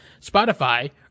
Spotify